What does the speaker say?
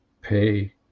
pay